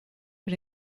but